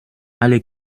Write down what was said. alle